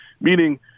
Meaning